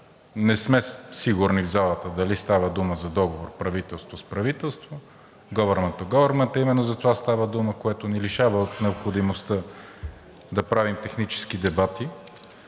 не сме сигурни в залата дали става дума за договор правителство с правителство, government to government, именно за това става дума, което ни лишава от необходимостта да правим технически дебати.